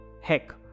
Heck